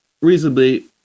reasonably